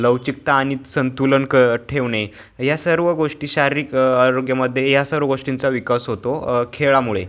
लवचिकता आणि संतुलन क ठेवणे या सर्व गोष्टी शारीरिक आरोग्यामध्ये या सर्व गोष्टींचा विकास होतो खेळामुळे